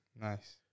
Nice